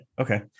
Okay